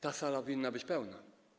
Ta sala winna być pełna.